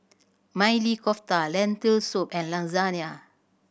Maili Kofta Lentil Soup and Lasagna